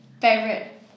Favorite